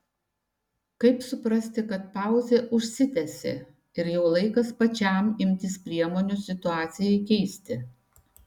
kaip suprasti kad pauzė užsitęsė ir jau laikas pačiam imtis priemonių situacijai keisti